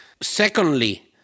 Secondly